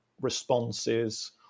responses